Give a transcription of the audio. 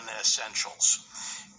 essentials